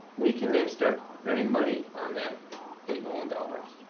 we can then start earning money on that eight million dollars.